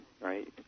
right